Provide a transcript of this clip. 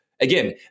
Again